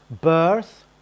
birth